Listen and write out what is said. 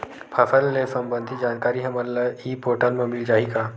फसल ले सम्बंधित जानकारी हमन ल ई पोर्टल म मिल जाही का?